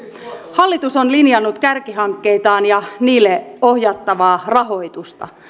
hallitus on linjannut kärkihankkeitaan ja niille ohjattavaa rahoitusta